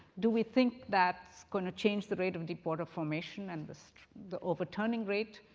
do we think that's going to change the rate of deep water formation and the so the overturning rate?